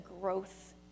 growth